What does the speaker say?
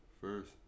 first